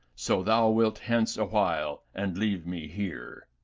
so thou wilt hence awhile and leave me here.